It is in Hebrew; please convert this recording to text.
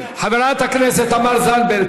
חברות הכנסת תמר זנדברג,